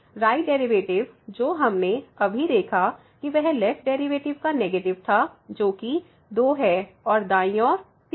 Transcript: right derivative जो हमने अभी देखा कि वह लेफ्ट डेरीवेटिव का नेगेटिव था जोकि 2 है और दाईं ओर 3 था